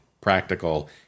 practical